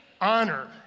honor